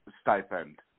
stipend